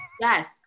Yes